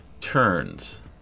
turns